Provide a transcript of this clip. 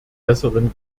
besseren